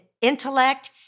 intellect